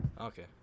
Okay